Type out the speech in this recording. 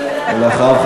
ואחריו,